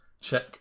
check